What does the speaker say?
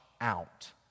out